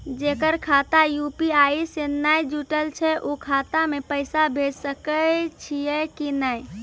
जेकर खाता यु.पी.आई से नैय जुटल छै उ खाता मे पैसा भेज सकै छियै कि नै?